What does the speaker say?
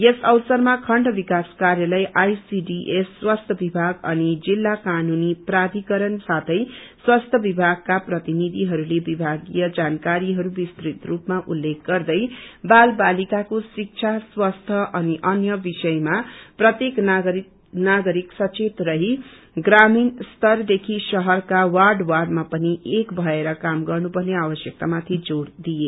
यस अवसरमा खण्ड विकास कार्यालय आईसीडीएस स्वास्थ्य विभाग अनि जिल्ला कानूनी प्राधिकरण साथै स्वास्थ्य विभागका प्रतिनिधिहरूले विभागीय जानकारीहरू विस्तृत रूपमा उल्लेख गर्दै बाल बालिकाको शिक्षा स्वास्थ्य अनि अन्य विषयमा प्रत्येक नागरिक सचेत रही प्रामीण स्तरदेखि शहरका वार्ड वार्डमा पनि एक भएर काम गनुपर्ने आवश्यकक्तामाथि जोड़ दिए